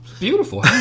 beautiful